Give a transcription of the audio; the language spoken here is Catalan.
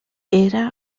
era